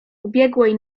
ubiegłej